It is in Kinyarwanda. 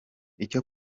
icyo